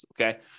okay